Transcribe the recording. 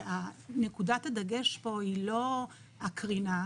נקודת הדגש פה היא לא הקרינה,